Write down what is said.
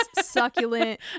succulent